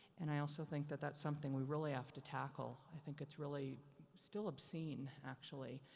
and i also think that that's something we really have to tackle. i think it's really still obscene actually.